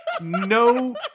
no